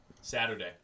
Saturday